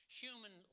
human